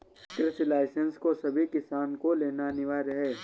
कृषि लाइसेंस को सभी किसान को लेना अनिवार्य है